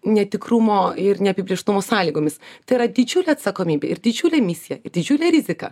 netikrumo ir neapibrėžtumo sąlygomis tai yra didžiulė atsakomybė ir didžiulė misija ir didžiulė rizika